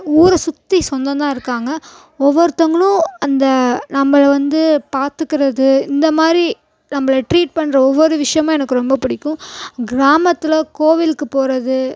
ஊரை சுற்றி சொந்தம் தான் இருகாங்கள் ஒவ்வொருத்தவங்களும் அந்த நம்மள வந்து பார்த்துக்குறது இந்த மாதிரி நம்மள ட்ரீட் பண்ணுற ஒவ்வொரு விஷயமும் எனக்கு ரொம்ப பிடிக்கும் கிராமத்தில் கோவிலுக்கு போகிறது